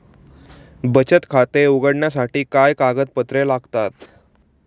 बचत खाते उघडण्यासाठी काय कागदपत्रे लागतात?